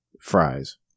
fries